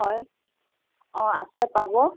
হয় অ আছে পাব